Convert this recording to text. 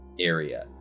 area